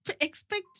Expect